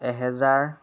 এহেজাৰ